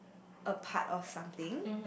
a part of something